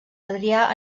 adrià